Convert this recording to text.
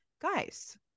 guys